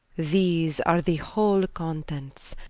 these are the whole contents,